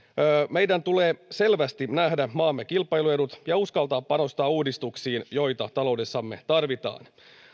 meidän tulee selvästi nähdä maamme kilpailuedut ja uskaltaa panostaa uudistuksiin joita taloudessamme tarvitaan